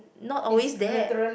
not always there